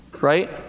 Right